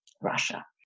Russia